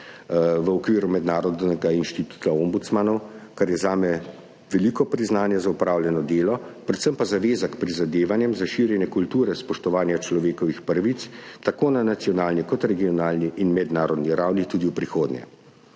v okviru Mednarodnega inštituta ombudsmanov, kar je zame veliko priznanje za opravljeno delo, predvsem pa zaveza k prizadevanjem za širjenje kulture spoštovanja človekovih pravic tako na nacionalni kot regionalni in mednarodni ravni tudi v prihodnje.